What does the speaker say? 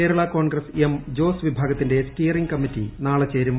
Kerala Congress M Jose വിഭാഗത്തിന്റെ steering committee നാളെ ചേരും